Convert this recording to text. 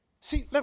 See